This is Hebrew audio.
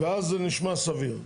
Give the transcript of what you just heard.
ואז זה נשמע סביר.